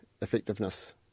effectiveness